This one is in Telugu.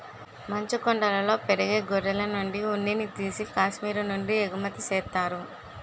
మంచుకొండలలో పెరిగే గొర్రెలనుండి ఉన్నిని తీసి కాశ్మీరు నుంచి ఎగుమతి చేత్తారు